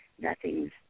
nothing's